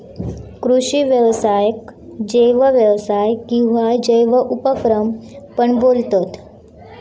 कृषि व्यवसायाक जैव व्यवसाय किंवा जैव उपक्रम पण बोलतत